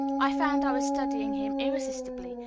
i found i was studying him irresistibly,